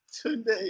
Today